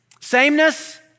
sameness